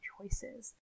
choices